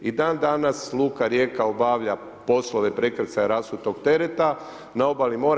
I dan danas luka Rijeka obavlja poslove prekrcaje rasuto tereta, na obali mora.